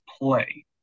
play